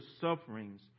sufferings